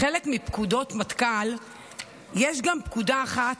כחלק מפקודות מטכ"ל יש גם פקודה אחת